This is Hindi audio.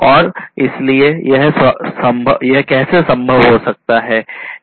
और इसलिए यह कैसे संभव हो सकता है